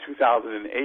2008